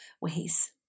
ways